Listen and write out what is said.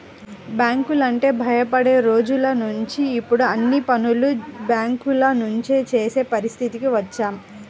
బ్యాంకులంటే భయపడే రోజులనుంచి ఇప్పుడు అన్ని పనులు బ్యేంకుల నుంచే చేసే పరిస్థితికి వచ్చాం